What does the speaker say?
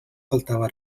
faltava